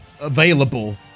available